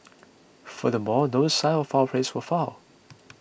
furthermore no signs of foul play were found